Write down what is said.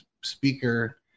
speaker